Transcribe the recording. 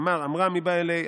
אמר אמרה מיבעי ליה.